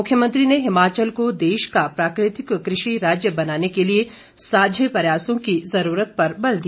मुरव्यमंत्री ने हिमाचल को देश का प्राकृतिक कृषि राज्य बनाने के लिए साझे प्रयासों की जरूरत पर बल दिया